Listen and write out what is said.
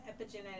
epigenetic